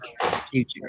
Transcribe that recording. future